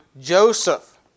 Joseph